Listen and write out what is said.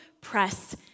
press